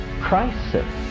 crisis